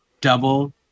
double